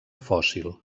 fòssil